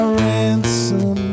ransom